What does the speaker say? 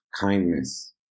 kindness